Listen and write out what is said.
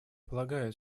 полагает